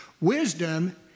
Wisdom